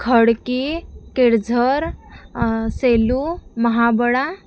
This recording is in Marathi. खडकी केळझर सेलू महाबळा